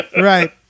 Right